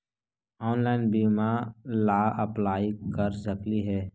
Online बीमा ला apply कर सकली हे?